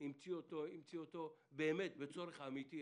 המציאו אותו באמת לצורך אמיתי.